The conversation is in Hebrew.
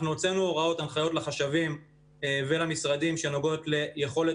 אנחנו הוצאנו הנחיות לחשבים ולמשרדים שנוגעות ליכולת